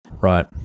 Right